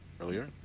earlier